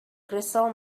crystal